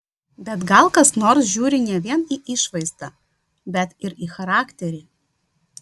bet gal kas nors žiūri ne vien į išvaizdą bet ir į charakterį